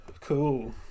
Cool